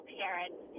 parents